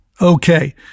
Okay